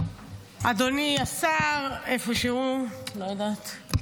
אדוני השר איפשהו, לא יודעת.